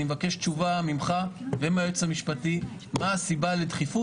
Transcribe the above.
אני מבקש תשובה ממך ומהיועצת המשפטית מה הסיבה לדחיפות